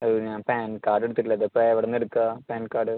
അയ്യോ ഞാൻ PAN card എടുത്തിട്ടില്ല ഇതിപ്പോൾ എവടന്നെടുക്കുവാണ് പാൻ കാർഡ്